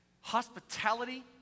hospitality